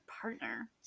partner